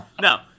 No